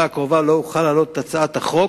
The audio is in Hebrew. הקרובה לא אוכל להעלות את הצעת החוק,